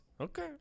Okay